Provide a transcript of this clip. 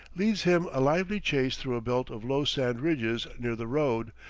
leads him a lively chase through a belt of low sand ridges near the road,